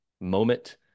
moment